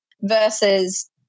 versus